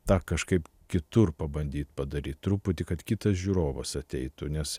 dar kažkaip kitur pabandyt padaryt truputį kad kitas žiūrovas ateitų nes